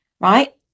right